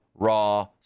Raw